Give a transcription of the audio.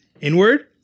inward